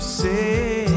say